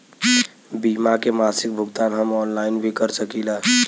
बीमा के मासिक भुगतान हम ऑनलाइन भी कर सकीला?